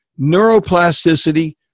neuroplasticity